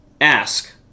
Ask